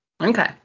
Okay